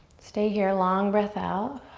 stay here, long breath out.